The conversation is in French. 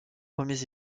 premiers